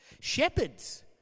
Shepherds